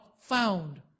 found